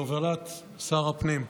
בהובלת שר הפנים.